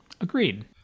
Agreed